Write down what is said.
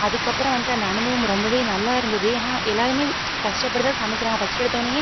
அதுக்கப்புறம் வந்துட்டு அந்த அனுபவம் ரொம்பவே நல்லா இருந்தது ஏனால் எல்லோருமே கஷ்டப்பட்டுதான் சமைக்கிறாங்க ஃபஸ்ட் எடுத்தோடன்னேயே